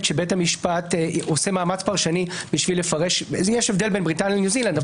שבית המשפט עושה מאמץ פרשני יש הבדל בין בריטניה לניו זילנד.